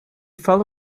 fell